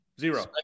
zero